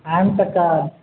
आबि तऽ का